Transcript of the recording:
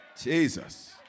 Jesus